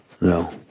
No